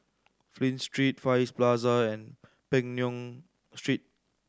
Flint Street Far East Plaza and Peng Nguan Street